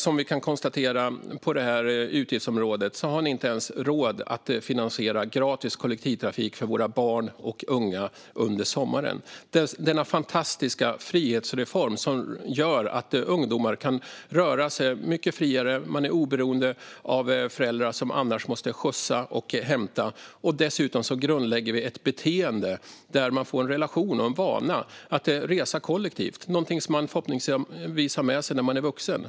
Som vi kan konstatera på detta utgiftsområde har ni inte ens råd att finansiera gratis kollektivtrafik för våra barn och unga under sommaren. Detta är en fantastisk frihetsreform som gör att ungdomar kan röra sig mycket friare och vara oberoende av föräldrar som annars måste skjutsa och hämta. Dessutom grundlägger vi ett beteende där man får en relation och en vana att resa kollektivt, vilket är någonting som man förhoppningsvis har med sig när man blir vuxen.